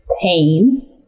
pain